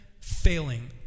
failing